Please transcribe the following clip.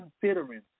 considering